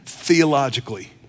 theologically